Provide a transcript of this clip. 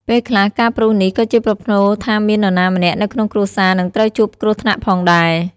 ពេលខ្លះ ការព្រុសនេះក៏ជាប្រផ្នូលថាមាននរណាម្នាក់នៅក្នុងគ្រួសារនឹងត្រូវជួបគ្រោះថ្នាក់ផងដែរ។